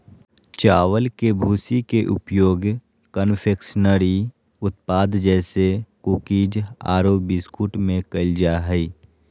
चावल के भूसी के उपयोग कन्फेक्शनरी उत्पाद जैसे कुकीज आरो बिस्कुट में कइल जा है